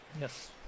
yes